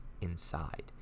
inside